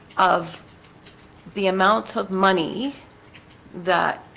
of the amounts of money that